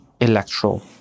electoral